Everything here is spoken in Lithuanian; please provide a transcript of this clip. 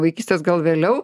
vaikystės gal vėliau